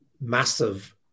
massive